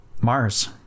Mars